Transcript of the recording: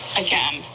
again